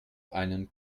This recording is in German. einen